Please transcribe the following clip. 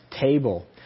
table